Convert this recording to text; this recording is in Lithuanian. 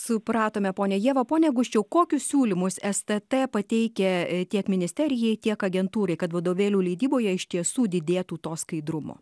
supratome ponia ieva ponia guščiau kokius siūlymus stt pateikia tiek ministerijai tiek agentūrai kad vadovėlių leidyboje iš tiesų didėtų to skaidrumo